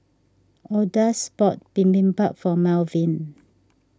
Odus bought Bibimbap for Malvin